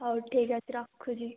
ହଉ ଠିକ୍ ଅଛି ରଖୁଛି